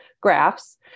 graphs